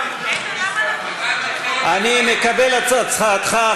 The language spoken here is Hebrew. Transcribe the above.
אני מקבל את הצעתך,